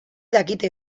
dakite